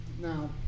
Now